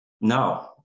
No